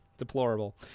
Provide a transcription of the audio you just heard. deplorable